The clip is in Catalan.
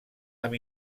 amb